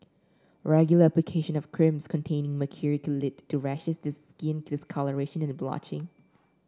regular application of creams containing mercury could lead to rashes the skin discolouration and blotching